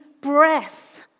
breath